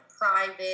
private